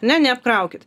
ne neapkraukit